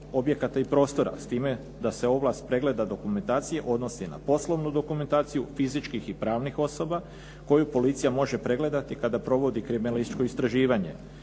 objekata i prostora s time da se ovlast pregleda dokumentacije odnosi na poslovnu dokumentaciju fizičkih i pravnih osoba koju policija može pregledati kada provodi kriminalističko istraživanje.